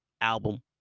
album